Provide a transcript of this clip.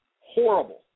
horrible